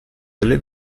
delle